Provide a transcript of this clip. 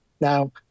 Now